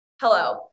Hello